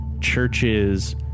churches